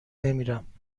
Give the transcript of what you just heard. نمیرم